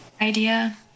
idea